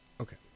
Okay